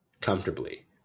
comfortably